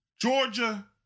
Georgia